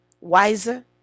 wiser